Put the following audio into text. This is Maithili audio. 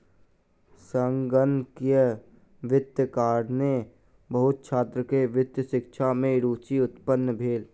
संगणकीय वित्तक कारणेँ बहुत छात्र के वित्तीय शिक्षा में रूचि उत्पन्न भेल